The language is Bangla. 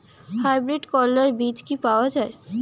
হাইব্রিড করলার বীজ কি পাওয়া যায়?